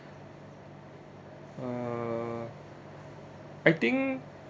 uh I think